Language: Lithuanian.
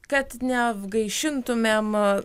kad negaišintumėm